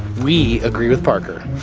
we agree with parker.